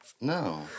No